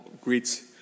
greets